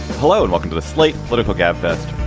hello and welcome to the slate political gabfest